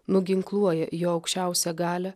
nuginkluoja jo aukščiausią galią